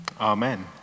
Amen